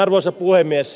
arvoisa puhemies